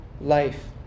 life